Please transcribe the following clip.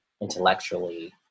intellectually